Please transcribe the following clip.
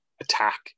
attack